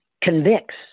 convicts